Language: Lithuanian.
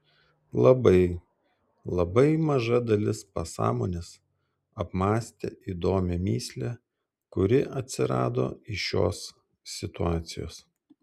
labai labai maža dalis pasąmonės apmąstė įdomią mįslę kuri atsirado iš šios situacijos